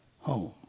home